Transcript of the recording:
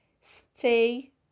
Stay